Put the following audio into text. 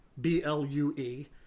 B-L-U-E